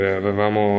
avevamo